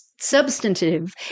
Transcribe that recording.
Substantive